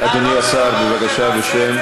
אדוני השר, בבקשה, בשם